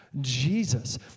Jesus